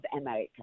America